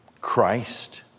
Christ